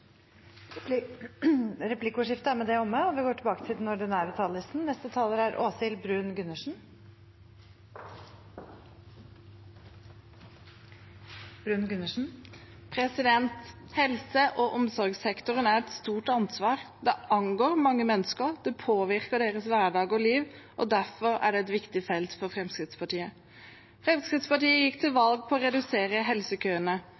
Replikkordskiftet er omme. Helse- og omsorgssektoren er et stort ansvar. Det angår mange mennesker, det påvirker deres hverdag og liv, og derfor er det et viktig felt for Fremskrittspartiet. Fremskrittspartiet gikk til valg på å redusere helsekøene.